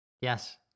Yes